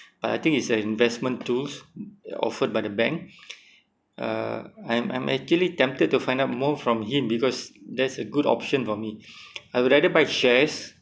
but I think it's an investment tools offered by the bank uh I'm I'm actually tempted to find out more from him because that's a good option for me I would rather buy shares